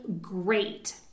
great